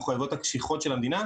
שהוא המחויבויות הקשיחות של המדינה,